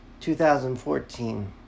2014